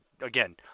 again